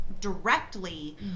Directly